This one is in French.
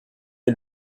est